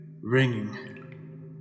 Ringing